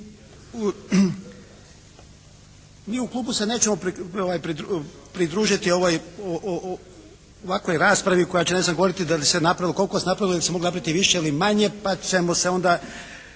Mi u klubu se nećemo pridružiti ovakvoj raspravi koja će ne znam govoriti da li se napravilo, koliko se napravilo ili se moglo napraviti više ili manje pa ćemo se onda